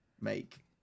make